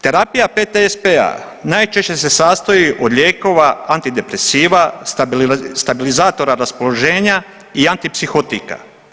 Terapija PTSP-a najčešće se sastoji od lijekova antidepresiva stabilizatora raspoloženja i antipsihotika.